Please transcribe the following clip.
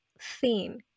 thin